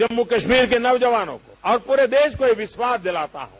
जम्मू कश्मीर के नौजवानों और पूरे देश को ये विश्वास दिलाता हूं